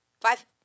Five